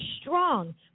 strong